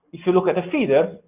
if you look at the feeder,